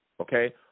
okay